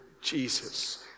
Jesus